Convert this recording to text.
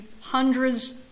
hundreds